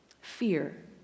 Fear